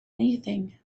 anything